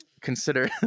consider